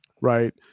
right